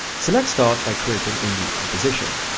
so let's start by creating a new composition.